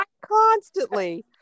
constantly